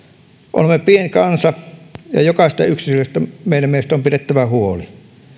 olemme pieni kansa ja jokaisesta yksilöstä meidän mielestämme on pidettävä huoli